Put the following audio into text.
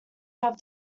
have